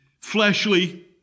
fleshly